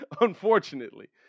Unfortunately